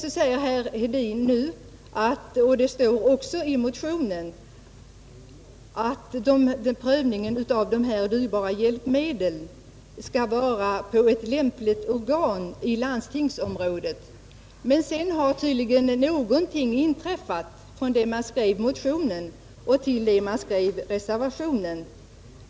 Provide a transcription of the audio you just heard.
Sedan säger herr Hedin — och det står också i motionen — att prövningen av de här dyrbara hjälpmedlen skall göras av ett lämpligt organ inom landstingsområdet. Men det har tydligen inträffat någonting från det man skrev motionen till dess man skrev reservationen.